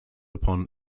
upon